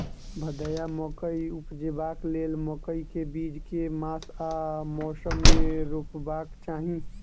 भदैया मकई उपजेबाक लेल मकई केँ बीज केँ मास आ मौसम मे रोपबाक चाहि?